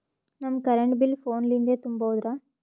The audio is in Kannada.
ನಮ್ ಕರೆಂಟ್ ಬಿಲ್ ಫೋನ ಲಿಂದೇ ತುಂಬೌದ್ರಾ?